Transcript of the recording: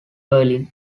berlin